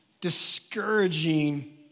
discouraging